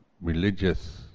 religious